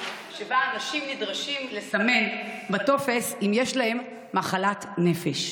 בריאות שבה אנשים נדרשים לסמן בטופס אם יש להם מחלת נפש.